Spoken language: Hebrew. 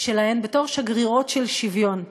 שלהן בתור שגרירות של שוויון.